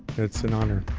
it's an honor.